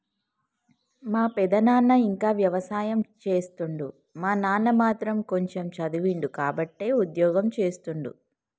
మా పెదనాన ఇంకా వ్యవసాయం చేస్తుండు మా నాన్న మాత్రం కొంచెమ్ చదివిండు కాబట్టే ఉద్యోగం చేస్తుండు